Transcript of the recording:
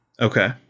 Okay